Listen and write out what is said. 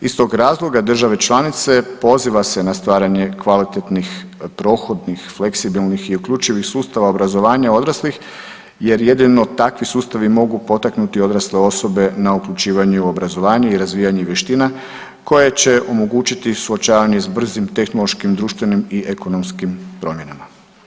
Iz tog razloga države članice poziva se na stvaranje kvalitetnih, prohodnih, fleksibilnih i uključivih sustava obrazovanja odraslih jer jedino takvi sustavi mogu potaknuti odrasle osobe na uključivanje u obrazovanje i razvijanje vještina koje će omogućiti suočavanje s brzim tehnološkim društvenim i ekonomskim promjenama.